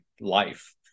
life